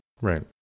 Right